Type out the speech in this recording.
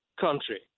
country